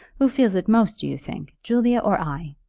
who feels it most, do you think julia or i?